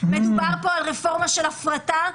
מדובר פה על רפורמה של הפרטה,